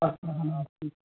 हा हा